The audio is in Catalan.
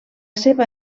seva